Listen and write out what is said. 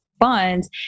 funds